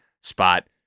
spot